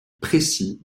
précis